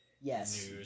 Yes